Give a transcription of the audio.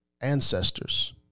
ancestors